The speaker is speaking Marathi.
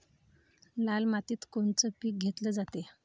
लाल मातीत कोनचं पीक घेतलं जाते?